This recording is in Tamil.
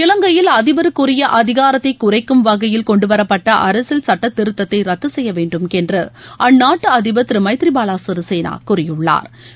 இவங்கையில் அதிபருக்குரிய அதிகாரத்தை குறைக்கும் வகையில் கொண்டுவரப்பட்ட அரசியல் சட்டத்திருத்தத்தை ரத்து செய்யவேண்டும் என்று அந்நாட்டு அதிபர் திரு மைத்ரி பால சிறிசேனா கூறியுள்ளா்